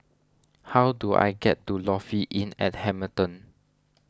how do I get to Lofi Inn at Hamilton